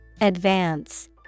Advance